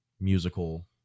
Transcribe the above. musical